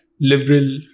liberal